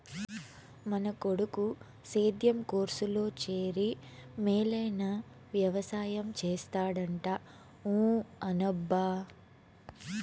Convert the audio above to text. మన కొడుకు సేద్యం కోర్సులో చేరి మేలైన వెవసాయం చేస్తాడంట ఊ అనబ్బా